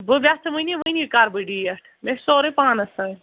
بہٕ گَژھٕ وٕنی وٕنی کَرٕ بہٕ ڈیٹ مےٚ چھُ سورُے پانَس تانۍ